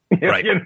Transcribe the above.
Right